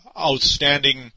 outstanding